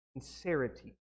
sincerity